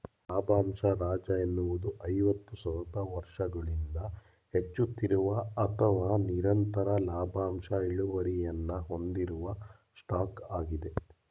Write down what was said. ಲಾಭಂಶ ರಾಜ ಎನ್ನುವುದು ಐವತ್ತು ಸತತ ವರ್ಷಗಳಿಂದ ಹೆಚ್ಚುತ್ತಿರುವ ಅಥವಾ ನಿರಂತರ ಲಾಭಾಂಶ ಇಳುವರಿಯನ್ನ ಹೊಂದಿರುವ ಸ್ಟಾಕ್ ಆಗಿದೆ